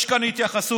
יש כאן התייחסות,